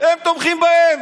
הם תומכים בהם.